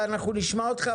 ואנחנו נשמע אותך,